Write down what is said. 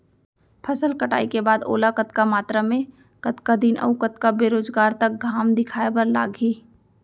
फसल कटाई के बाद ओला कतका मात्रा मे, कतका दिन अऊ कतका बेरोजगार तक घाम दिखाए बर लागही?